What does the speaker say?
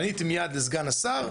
פניתי מיד לסגן השר,